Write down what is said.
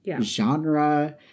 genre